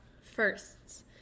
firsts